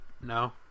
No